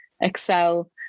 Excel